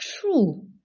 true